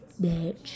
bitch